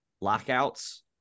lockouts